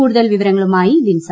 കൂടുതൽ വിവരങ്ങളുമായി ലിൻസ